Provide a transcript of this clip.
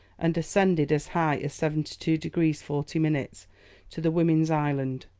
and ascended as high as seventy two degrees forty minutes to the women's island,